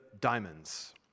diamonds